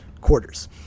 quarters